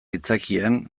aitzakian